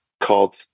called